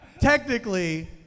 technically